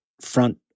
front